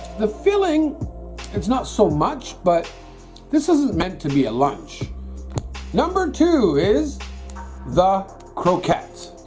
the filling it's not so much, but this isn't meant to be a lunch number two is the croquettes